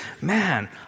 man